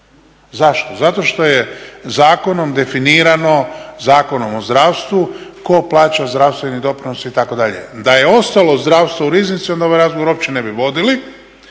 Zašto? Zato što je zakonom definirano, Zakonom o zdravstvu tko plaća zdravstveni doprinos itd. Da je ostalo zdravstvo u Riznici onda ovaj razgovor uopće ne bi vodili,